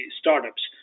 startups